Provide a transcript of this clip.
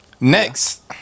Next